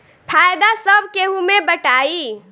फायदा सब केहू मे बटाई